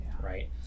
right